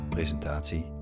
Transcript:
Presentatie